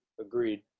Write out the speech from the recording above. Agreed